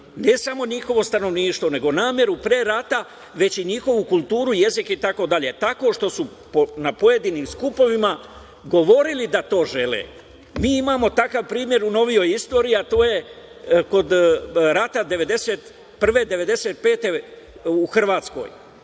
ne, samo njihovo stanovništvo, nego nameru pre rata, već i njihovu kulturu, jezik, itd, tako što su na pojedinim skupovima govorili da to žele. Mi imamo takav primer u novijoj istoriji, a to je kod rata 1991. do 1995. godine u Hrvatskoj.